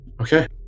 Okay